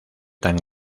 tan